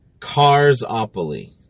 Carsopoly